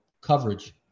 coverage